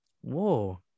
whoa